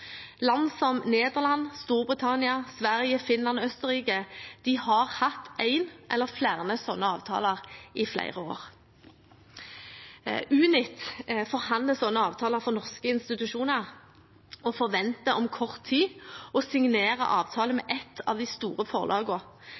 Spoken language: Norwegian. Land som Nederland, Storbritannia, Sverige, Finland og Østerrike har hatt én eller flere slike avtaler i flere år. Unit forhandler slike avtaler for norske institusjoner og forventer om kort tid å signere avtale med ett av de store